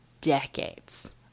decades